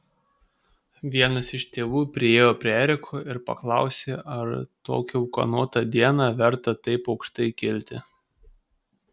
vienas iš tėvų priėjo prie eriko ir paklausė ar tokią ūkanotą dieną verta taip aukštai kilti